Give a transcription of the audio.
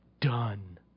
done